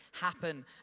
happen